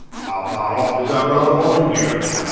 how farre off is our brother mountague?